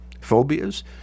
Phobias